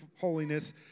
holiness